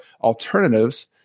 alternatives